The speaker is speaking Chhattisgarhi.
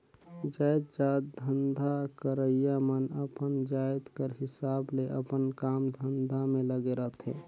जाएतजात धंधा करइया मन अपन जाएत कर हिसाब ले अपन काम धंधा में लगे रहथें